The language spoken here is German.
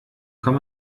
kann